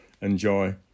enjoy